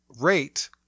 rate